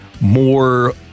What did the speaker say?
more